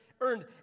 earned